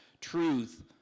truth